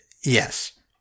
Yes